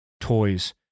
toys